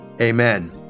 amen